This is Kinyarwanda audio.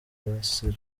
weasel